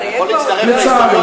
רק תדייק בעובדות,